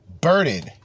burden